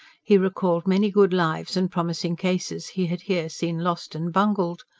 he recalled many good lives and promising cases he had here seen lost and bungled.